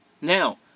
Now